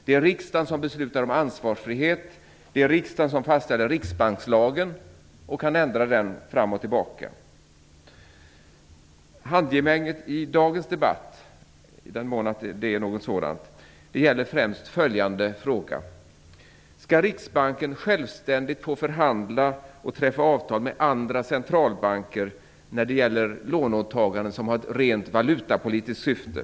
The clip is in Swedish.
Det är riksdagen som beslutar om ansvarsfrihet. Det är riksdagen som fastställer riksbankslagen och som kan ändra denna fram och tillbaka. Handgemänget i dagens debatt - i den mån det är ett sådant - gäller främst följande fråga: Skall riksbanken självständigt få förhandla och träffa avtal med andra centralbanker när det gäller låneåtaganden som har ett rent valutapolitiskt syfte?